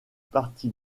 parti